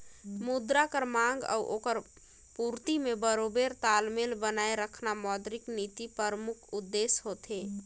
मुद्रा कर मांग अउ ओकर पूरती में बरोबेर तालमेल बनाए रखना मौद्रिक नीति परमुख उद्देस होथे